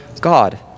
God